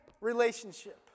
relationship